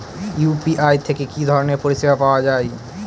UPI থেকে কি ধরণের পরিষেবা পাওয়া য়ায়?